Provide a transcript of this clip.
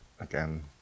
again